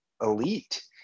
elite